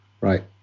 right